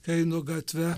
einu gatve